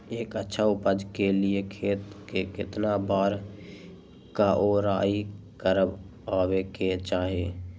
एक अच्छा उपज के लिए खेत के केतना बार कओराई करबआबे के चाहि?